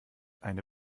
eine